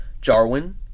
Jarwin